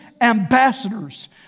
ambassadors